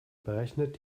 berechnet